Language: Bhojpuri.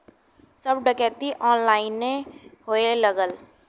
सब डकैती ऑनलाइने होए लगल